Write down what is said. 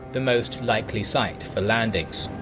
the most likely site for landings.